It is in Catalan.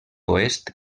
oest